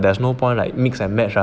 there's no point like mix and match liao